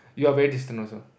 you're very distant also